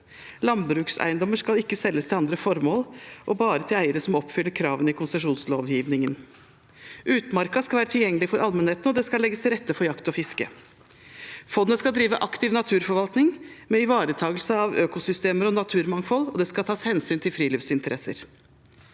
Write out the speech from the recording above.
Landbrukseiendommer skal ikke selges til andre formål, og bare til eiere som oppfyller kravene i konsesjonslovgivningen. Utmarken skal være tilgjengelig for allmennheten, og det skal legges til rette for jakt og fiske. Fondet skal drive aktiv naturforvaltning med ivaretakelse av økosystemer og naturmangfold, og det skal tas hensyn til friluftsinteresser.